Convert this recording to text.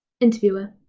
Interviewer